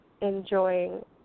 enjoying